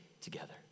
together